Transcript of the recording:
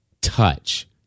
touch